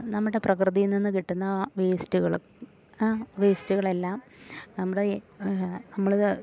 നമ്മുടെ പ്രകൃതിയിൽ നിന്ന് കിട്ടുന്ന വേസ്റ്റുകൾ വേസ്റ്റുകളെല്ലാം നമ്മുടെ നമ്മൾ